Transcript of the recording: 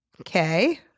Okay